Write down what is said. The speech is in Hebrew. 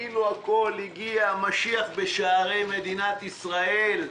כאילו הכול הגיע - משיח בשערי מדינת ישראל,